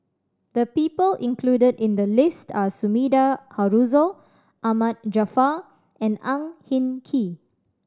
the people included in the list are Sumida Haruzo Ahmad Jaafar and Ang Hin Kee